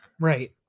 Right